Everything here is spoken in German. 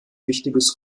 wichtiges